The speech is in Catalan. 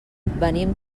venim